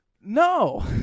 no